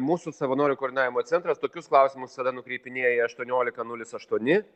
mūsų savanorių koordinavimo centras tokius klausimus tada nukreipinėja į aštuoniolika nulis aštuoni